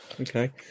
okay